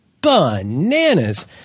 Bananas